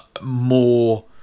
More